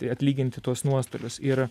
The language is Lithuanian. atlyginti tuos nuostolius ir